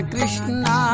Krishna